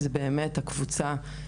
להשלים את ההכנסה שלו